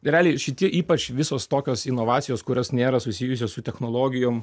realiai šitie ypač visos tokios inovacijos kurios nėra susijusios su technologijom